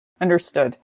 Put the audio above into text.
Understood